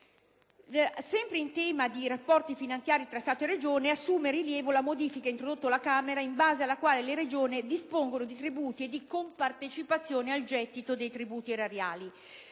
Sempre in tema di rapporti finanziari tra Stato e Regioni, assume rilievo la modifica introdotta dalla Camera, in base alla quale le Regioni dispongono di tributi e di compartecipazioni al gettito dei tributi erariali.